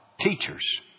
teachers